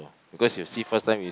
because you see first time is